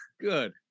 good